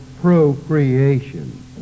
procreation